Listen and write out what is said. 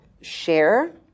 share